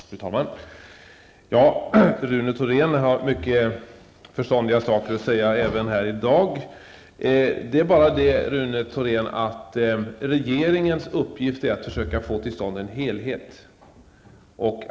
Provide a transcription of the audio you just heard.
Fru talman! Rune Thorén säger även i dag mycket förståndiga saker. Det är bara det, Rune Thorén, att regeringens uppgift är att försöka få till stånd en helhet.